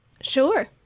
sure